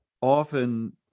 often